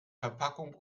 verpackung